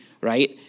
right